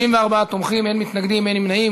41 תומכים, אין מתנגדים, אין נמנעים.